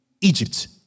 egypt